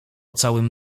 całym